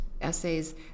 essays